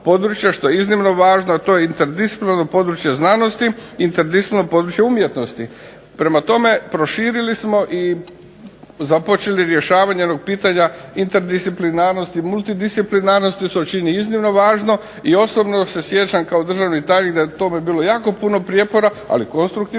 što je iznimno važno a to je interdisciplinarno područje znanosti i umjetnosti. Prema tome, proširili smo i započeli rješavanje onog pitanja interdisciplinarnosti, multidisciplinarnosti, to čini iznimno važno i osobno se sjećam kao državni tajnik da je tome bilo jako puno prijepora ali konstruktivnih